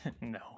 no